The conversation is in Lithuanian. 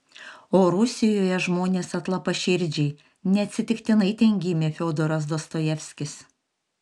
o rusijoje žmonės atlapaširdžiai neatsitiktinai ten gimė fiodoras dostojevskis